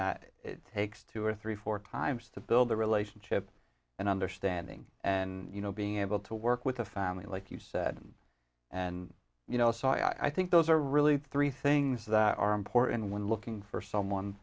that it takes two or three four times to build a relationship and understanding and you know being able to work with a family like you said and you know so i think those are really three things that are important when looking for someone